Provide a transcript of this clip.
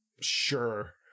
Sure